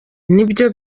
nibyo